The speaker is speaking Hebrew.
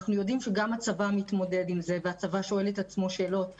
אנחנו יודעים שגם הצבא מתמודד עם זה והצבא שואל את עצמו שאלות כמו: